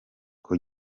com